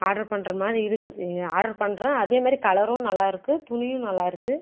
order பண்ணுற மாதிரி இருக்குது ஆர்டர் பண்ணுறேன் அதேமாதிரி கலரும் நல்லாயிருக்கு துணியும் நல்லாயிருக்குது